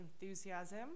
enthusiasm